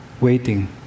waiting